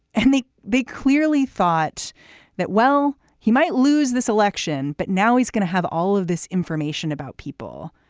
and they they clearly thought that, well, he might lose this election, but now he's going to have all of this information about people.